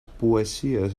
poesies